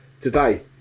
today